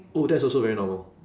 oh that's also very normal